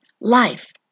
life